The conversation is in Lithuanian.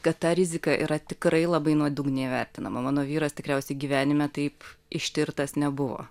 kad ta rizika yra tikrai labai nuodugniai vertinama mano vyras tikriausiai gyvenime taip ištirtas nebuvo